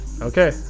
Okay